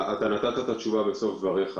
אתה נתת את התשובה בסוף דבריך.